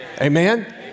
amen